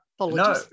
no